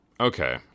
okay